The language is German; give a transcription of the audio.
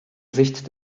sicht